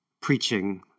preaching